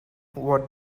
what